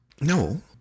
No